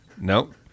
nope